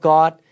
God